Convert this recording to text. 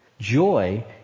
Joy